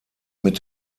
mit